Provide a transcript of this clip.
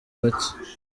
bake